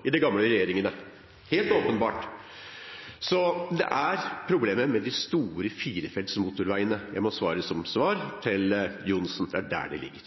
er det gamle synder også i de tidligere regjeringene – helt åpenbart. Problemet er de store firefelts motorveiene. Jeg må svare det til Johnsen – det er der det ligger.